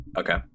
okay